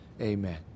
Amen